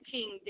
King